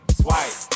swipe